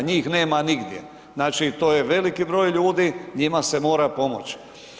Njih nema nigdje, znači to je veliki broj ljudi, njima se mora pomoći.